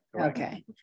Okay